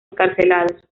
encarcelados